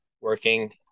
working